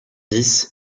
dix